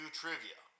trivia